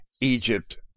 egypt